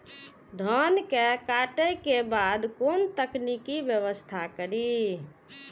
धान के काटे के बाद कोन तकनीकी व्यवस्था करी?